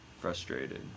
Frustrated